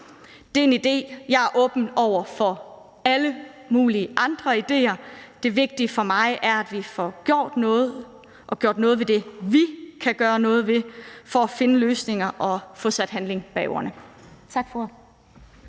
Det er én idé, men jeg er åben over for alle mulige andre idéer. Det vigtige for mig er, at vi får gjort noget ved det, vi kan gøre noget ved, for at finde løsninger og få sat handling bag ordene.